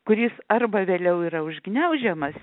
kuris arba vėliau yra užgniaužiamas